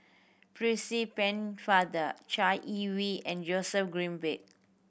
Pennefather Chai Yee Wei and Joseph Grimberg